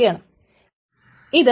കാരണം T ആണ് ആദ്യം വരേണ്ടത്